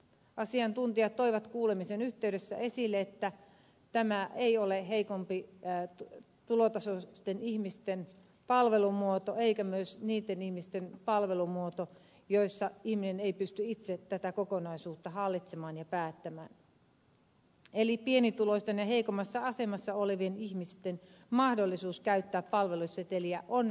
asiantuntijat toivat kuulemisen yhteydessä esille että tämä ei ole heikompitulotasoisten ihmisten palvelumuoto eikä myöskään niitten ihmisten palvelumuoto jotka eivät itse pysty tätä kokonaisuutta hallitsemaan ja päättämään eli pienituloisten ja heikommassa asemassa olevien ihmisten mahdollisuudet käyttää palveluseteliä ovat vähäiset